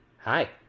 Hi